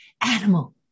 animal